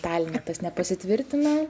taline tas nepasitvirtina